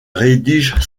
rédige